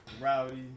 Rowdy